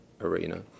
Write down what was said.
arena